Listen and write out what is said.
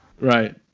Right